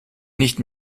nicht